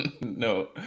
No